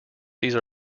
these